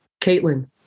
Caitlin